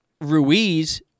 Ruiz